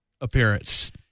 appearance